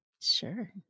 Sure